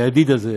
הידיד הזה,